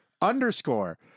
underscore